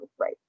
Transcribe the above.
right